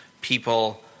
people